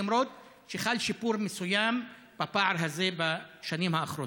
למרות שחל שיפור מסוים בפער הזה בשנים האחרונות.